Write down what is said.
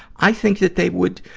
i think that they would.